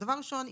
דבר ראשון,